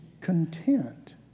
content